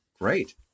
Great